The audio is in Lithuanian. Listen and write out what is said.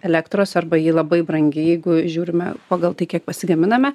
elektros arba ji labai brangi jeigu žiūrime pagal tai kiek pasigaminame